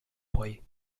poll